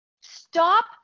Stop